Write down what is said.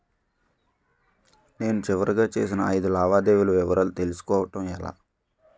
నేను చివరిగా చేసిన ఐదు లావాదేవీల వివరాలు తెలుసుకోవటం ఎలా?